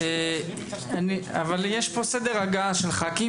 אני --- אבל יש פה סדר הגעה של ח"כים